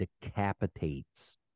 decapitates